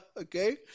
Okay